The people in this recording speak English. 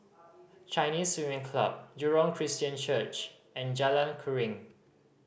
Chinese Swimming Club Jurong Christian Church and Jalan Keruing